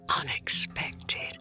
unexpected